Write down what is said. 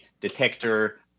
detector